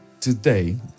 today